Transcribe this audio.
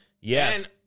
Yes